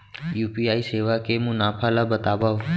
UPI सेवा के मुनाफा ल बतावव?